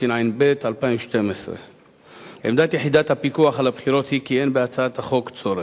התשע"ב 2012. עמדת יחידת הפיקוח על הבחירות היא כי אין בהצעת החוק צורך.